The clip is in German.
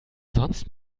sonst